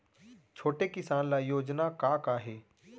छोटे किसान ल योजना का का हे?